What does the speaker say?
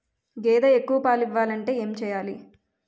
గేదె ఎక్కువ పాలు ఇవ్వాలంటే ఏంటి చెయాలి?